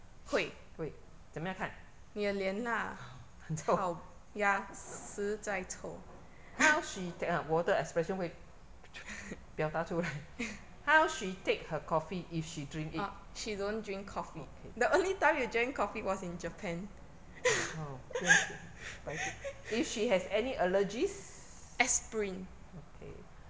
会怎样看 很臭 how she 我的 expression 会 表达出来 how she take her coffee if she drink it okay very good if she has any allergies okay